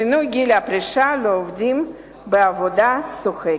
שינוי גיל הפרישה לעובדים בעבודה שוחקת),